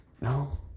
no